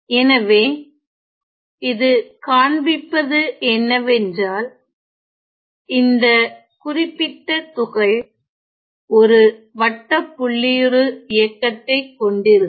எனவே இது காண்பிப்பது என்னவென்றால் இந்த குறிப்பிட்ட துகள் ஒரு வட்டப்புள்ளியுரு இயக்கத்தை கொண்டிருக்கும்